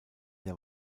der